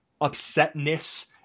upsetness